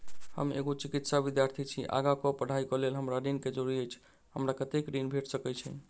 हम एगो चिकित्सा विद्यार्थी छी, आगा कऽ पढ़ाई कऽ लेल हमरा ऋण केँ जरूरी अछि, हमरा कत्तेक ऋण भेट सकय छई?